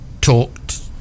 talked